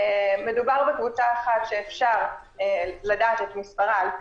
אז מדובר בקבוצה אחת שאפשר לדעת את מספר העובדות